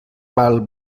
val